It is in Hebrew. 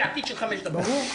המדינה בגרעון.